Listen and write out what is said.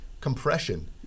compression